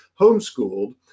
homeschooled